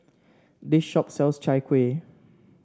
this shop sells Chai Kuih